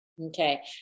Okay